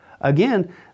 Again